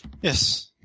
Yes